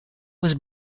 was